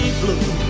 blue